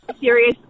serious